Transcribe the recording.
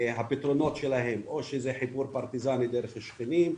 הפתרונות שלהם זה או חיבור פרטיזני דרך השכנים,